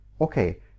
okay